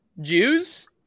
Jews